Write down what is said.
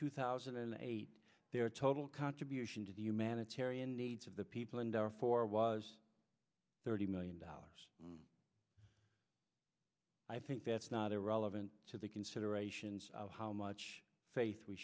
two thousand and eight their total contribution to the humanitarian needs of the people in darfur was thirty million dollars i think that's not irrelevant to the considerations of how much faith we